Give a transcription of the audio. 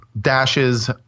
dashes